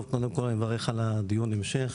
טוב, קודם כל אני מברך על דיון ההמשך.